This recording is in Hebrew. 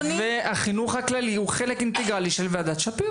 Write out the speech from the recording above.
והחינוך הכללי הוא חלק אינטגרלי של ועדת שפירא.